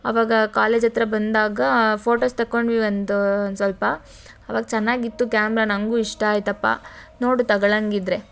ಆವಾಗ ಕಾಲೇಜ್ ಹತ್ರ ಬಂದಾಗ ಫೋಟೋಸ್ ತೆಕ್ಕೊಂಡ್ವಿ ಒಂದು ಒಂದು ಸ್ವಲ್ಪ ಆವಾಗ ಚೆನ್ನಾಗಿತ್ತು ಕ್ಯಾಮ್ರ ನನಗು ಇಷ್ಟ ಆಯಿತಪ್ಪ ನೋಡು ತಗಳೊಂಗಿದ್ರೆ